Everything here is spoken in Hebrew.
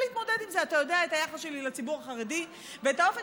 אתה יודע את היחס שלי לציבור החרדי ואת האופן